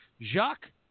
Jacques